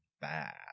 bad